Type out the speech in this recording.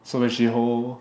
so when she hold